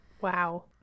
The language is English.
Wow